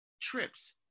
trips